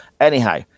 Anyhow